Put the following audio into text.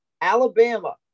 Alabama